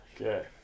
Okay